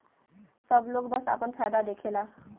सब लोग बस आपन फायदा देखला